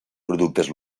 productes